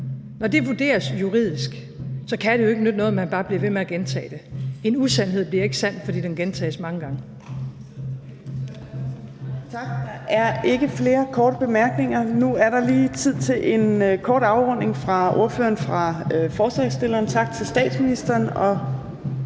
brudt grundloven, kan det jo ikke nytte noget, at man bare bliver ved med at gentage det. En usandhed bliver ikke sandt, fordi den gentages mange gange.